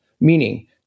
meaning